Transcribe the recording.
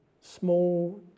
small